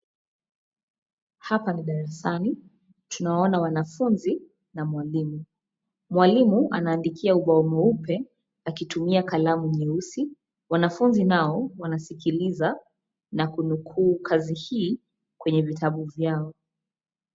Hapa ni darasani tunawaona wanafunzi na mwalimu. Mwalimu anaandikia ubao mweupe akitumia kalamu nyeusi. Wanafunzi nao wanasikiliza na kunuku kazi hii kwenye vitabu vyao.